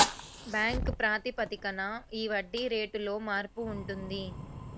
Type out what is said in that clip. bank ప్రాతిపదికన ఈ వడ్డీ రేటులో మార్పు ఉంటుంది